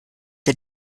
der